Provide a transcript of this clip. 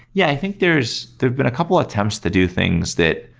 yeah, i think there's there's been a couple of attempts to do things that,